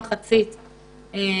חושבים